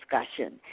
discussion